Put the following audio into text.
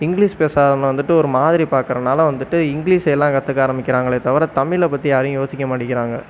English பேசாதவங்க வந்துவிட்டு ஒரு மாதிரி பார்க்குறதுனால வந்துவிட்டு இங்கிலிஷ் எல்லாம் கற்றுக்க ஆரம்மிக்கிறாங்களே தவிர தமிழை பற்றி யாரையும் யோசிக்க மாட்டேங்கிறாங்க